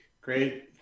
Great